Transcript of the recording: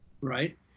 right